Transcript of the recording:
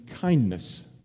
kindness